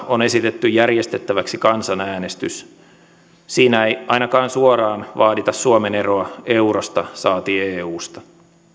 on esitetty järjestettäväksi kansanäänestys siinä ei ainakaan suoraan vaadita suomen eroa eurosta saati eusta